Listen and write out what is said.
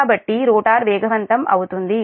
కాబట్టి రోటర్ వేగవంతం అవుతుంది